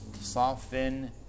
soften